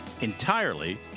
entirely